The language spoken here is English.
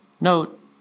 Note